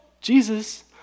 Jesus